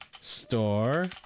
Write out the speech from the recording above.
store